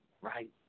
right